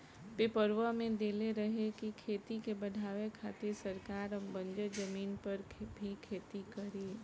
पेपरवा में देले रहे की खेती के बढ़ावे खातिर सरकार अब बंजर जमीन पर भी खेती करी